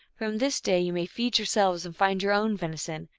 from this day ye may feed yourselves and find your own veni son,